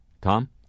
Tom